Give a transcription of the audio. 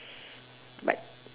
but